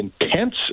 intense